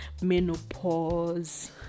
menopause